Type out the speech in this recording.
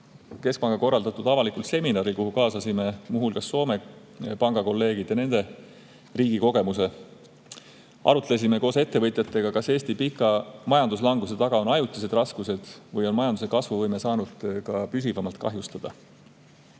keskpanga korraldatud avalikul seminaril, kuhu kaasasime muu hulgas Soome Panga kolleegid, [et õppida] nende riigi kogemusest. Arutlesime koos ettevõtjatega, kas Eesti pika[ajalise] majanduslanguse taga on ajutised raskused või on majanduse kasvuvõime saanud püsivamalt kahjustada.